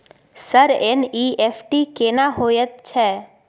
Sir NEFT केना होयत छै?